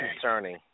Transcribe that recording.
concerning